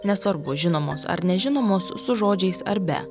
nesvarbu žinomos ar nežinomos su žodžiais ar be